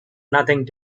nothing